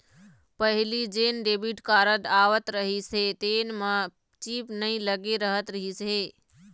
पहिली जेन debit card आवत रहिस हे तेन म चिप नइ लगे रहत रहिस हे